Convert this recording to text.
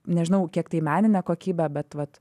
nežinau kiek tai į meninę kokybę bet vat